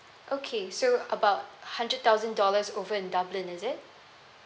okay so about hundred thousand dollars over in dublin is it